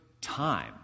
time